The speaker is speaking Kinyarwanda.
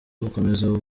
gukomeza